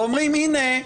ואומרים: הינה,